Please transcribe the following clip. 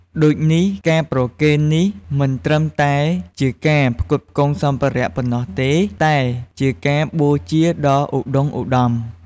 ដូចនេះការប្រគេននេះមិនត្រឹមតែជាការផ្គត់ផ្គង់សម្ភារៈប៉ុណ្ណោះទេ តែជាការបូជាដ៏ឧត្តុង្គឧត្តម។